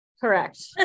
Correct